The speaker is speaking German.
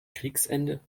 kriegsende